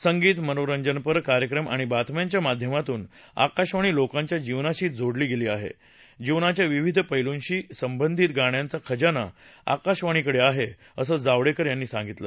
संगीत मनोरंजनपर कार्यक्रम आणि बातम्यांच्या माध्यमातून आकाशवाणी लोकांच्या जीवनाशी जोडली गेली आहे जीवनाच्या विविध पैलंशी संबंधित गाण्यांचा खजाना आकाशवाणीकडे आहे असं जावडेकर यावेळी म्हणाले